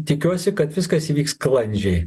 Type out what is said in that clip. tikiuosi kad viskas vyks sklandžiai